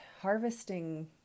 harvesting